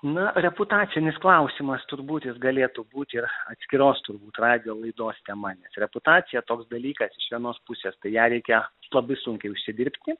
na reputacinis klausimas turbūt jis galėtų būti ir atskiros turbūt radijo laidos tema reputacija toks dalykas iš vienos pusės tai ją reikia labai sunkiai užsidirbti